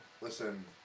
Listen